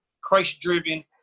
christ-driven